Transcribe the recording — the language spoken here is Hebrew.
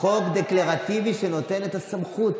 חוק דקלרטיבי שנותן את הסמכות.